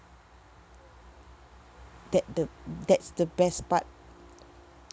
that the that's the best part